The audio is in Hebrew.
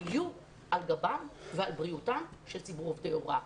יהיו על גבם ועל בריאותם של עובדי ההוראה.